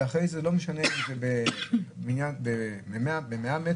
ואחרי זה לא משנה אם זה ב-100 מ',